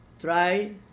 try